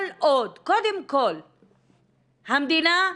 קודם כל המדינה,